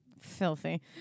filthy